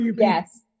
yes